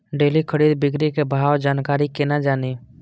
Daily खरीद बिक्री के भाव के जानकारी केना जानी?